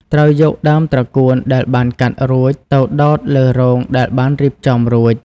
ត្រូវយកដើមត្រកួនដែលបានកាត់រួចទៅដោតលើរងដែលបានរៀបចំរួច។